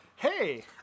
Hey